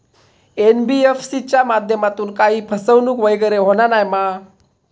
NBFC च्या माध्यमातून काही फसवणूक वगैरे होना नाय मा?